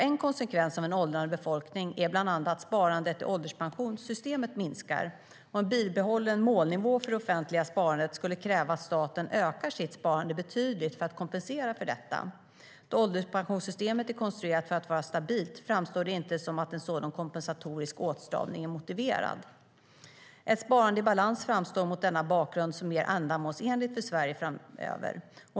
En konsekvens av en åldrande befolkning är bland annat att sparandet i ålderspensionssystemet minskar. Ett sparande i balans framstår mot denna bakgrund som mer ändamålsenligt för Sverige framöver.